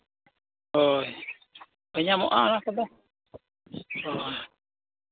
ᱦᱳᱭ ᱧᱮᱧᱟᱢᱚᱜᱼᱟ ᱚᱱᱟ ᱠᱚᱫᱚ ᱦᱳᱭ